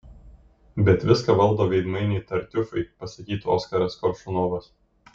bet viską valdo veidmainiai tartiufai pasakytų oskaras koršunovas